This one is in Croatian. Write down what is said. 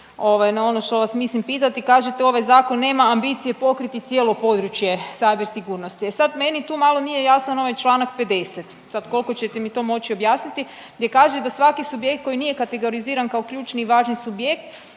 na ono što vas mislim pitati. Kažete ovaj zakon nema ambicije pokriti cijelo područje cyber sigurnosti, e sad meni tu malo nije jasan ovaj čl. 50., sad kolko ćete mi to moć objasniti gdje kaže da svaki subjekt koji nije kategoriziran kao ključni i važni subjekt